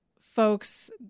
folks